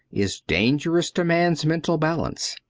is dangerous to man's mental balance.